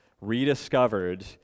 rediscovered